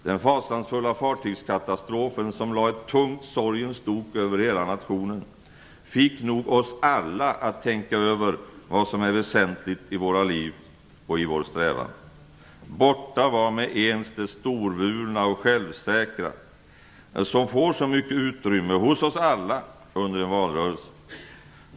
Den fasansfulla fartygskatastrofen som lade ett tungt sorgens dok över hela nationen fick nog oss alla att tänka över vad som är väsentligt i våra liv och i vår strävan. Borta var med ens det storvulna och självsäkra som får så mycket utrymme hos oss alla under en valrörelse.